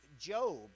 Job